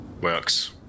works